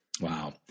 Wow